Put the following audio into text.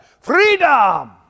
Freedom